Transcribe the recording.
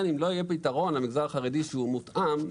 אם לא יהיה פתרון למגזר החרדי שהוא מותאם,